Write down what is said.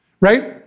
right